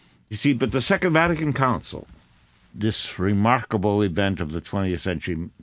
see, but the second vatican council this remarkable event of the twentieth century,